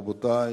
רבותי,